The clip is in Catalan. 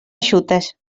eixutes